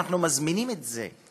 אנחנו מזמינים את זה,